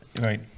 right